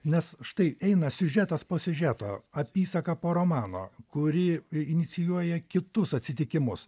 nes štai eina siužetas po siužeto apysaka po romano kuri inicijuoja kitus atsitikimus